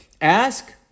Ask